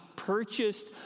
purchased